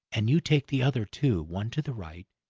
and you take the other two, one to the right,